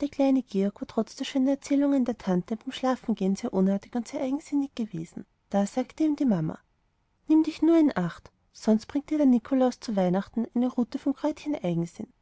der kleine georg war trotz der schönen erzählungen der tante beim schlafengehen sehr unartig und sehr eigensinnig gewesen da sagte ihm die mama nimm dich nur in acht sonst bringt dir der nikolaus zu weihnachten eine rute vom kräutchen eigensinn